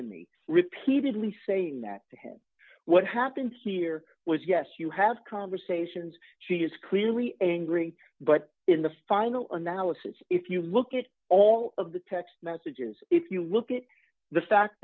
to me repeatedly saying that to him what happened here was yes you have conversations she is clearly angry but in the final analysis if you look at all of the text messages if you look at the fact